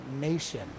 nation